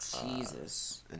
Jesus